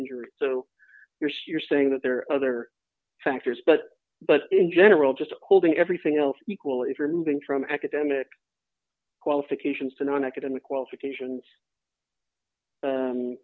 injury so you're saying that there are other factors but but in general just holding everything else equal if you're moving from academic qualifications to nonacademic qualifications